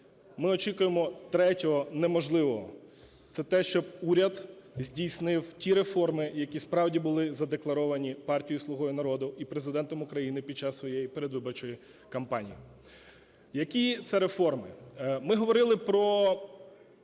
ми очікуємо третього неможливого – це те, щоб уряд здійснив ті реформи, які справді були задекларовані партією "Слуга народу" і Президентом України під час своєї передвиборчої кампанії. Які це реформи. Ми говорили про